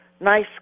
nice